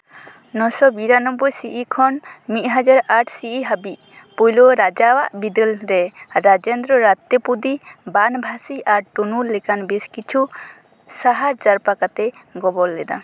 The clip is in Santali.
ᱱᱚᱥᱚ ᱵᱤᱨᱟ ᱱᱚᱵᱵᱚᱭ ᱥᱤ ᱤ ᱠᱷᱚᱱ ᱢᱤᱫᱦᱟᱡᱟᱨ ᱟᱴ ᱥᱤ ᱤ ᱦᱟᱹᱵᱤᱡ ᱯᱳᱭᱞᱳ ᱨᱟᱡᱟᱣᱟᱜ ᱵᱤᱫᱟᱹᱞ ᱨᱮ ᱨᱟᱡᱮᱱᱫᱨᱚ ᱨᱟᱡᱮᱱᱫᱨᱚ ᱨᱟᱛᱛᱮᱯᱩᱛᱤ ᱵᱟᱱ ᱵᱷᱟᱥᱤ ᱴᱩᱱᱩ ᱞᱮᱠᱟᱱ ᱵᱮᱥ ᱠᱤᱪᱷᱩ ᱥᱟᱦᱟᱨ ᱡᱟᱨᱯᱟ ᱠᱟᱛᱮ ᱜᱚᱵᱚᱞ ᱞᱮᱫᱟ